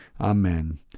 Amen